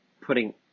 Putting